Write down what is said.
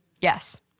Yes